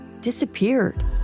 disappeared